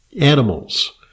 animals